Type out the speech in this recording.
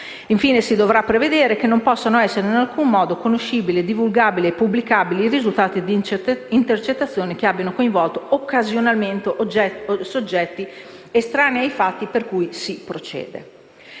Infine, si dovrà prevedere che non possano essere in alcun modo conoscibili, divulgabili e pubblicabili i risultati di intercettazioni che abbiano coinvolto occasionalmente soggetti estranei ai fatti per cui si procede.